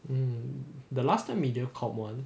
hmm the last time mediacorp [one]